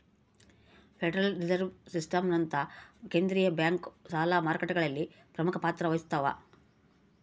federal Reserve ಸಿಸ್ಟಮ್ನಂತಹ ಕೇಂದ್ರೀಯ bank ಸಾಲ ಮಾರುಕಟ್ಟೆಗಳಲ್ಲಿ ಪ್ರಮುಖ ಪಾತ್ರ ವಹಿಸ್ತವ